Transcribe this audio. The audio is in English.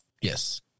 Yes